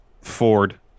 Ford